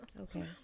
Okay